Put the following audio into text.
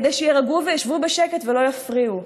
כדי שיירגעו וישבו בשקט ולא יפריעו.